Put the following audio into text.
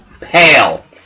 pale